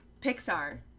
Pixar